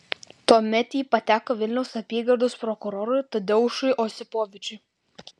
tuomet ji pateko vilniaus apygardos prokurorui tadeušui osipovičiui